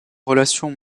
relations